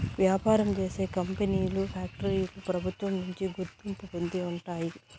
వ్యాపారం చేసే కంపెనీలు ఫ్యాక్టరీలు ప్రభుత్వం నుంచి గుర్తింపు పొంది ఉండాలి